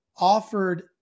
offered